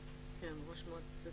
ראש מועצה